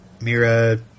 Mira